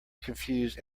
confuse